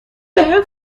بهم